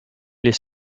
les